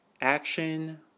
action